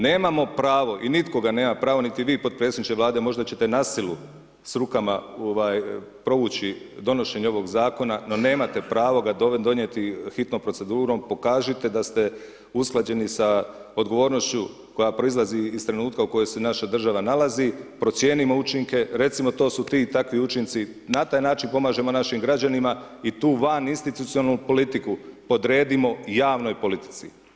Nemamo pravo i nitko ga nema pravo, niti vi podpredsjedniče Vlade, možda ćete na silu s rukama provući donošenje ovoga zakona, no nemate pravo ga donijeti hitnom procedurom, pokažite da ste usklađeni sa odgovornošću koja proizlazi iz trenutka u kojoj se naša država nalazi, procijenimo učinke, recimo to su ti takvi učinci, na taj način pomažemo našim građanima i tu vaninstitucionalnu politiku podredimo javnoj politici.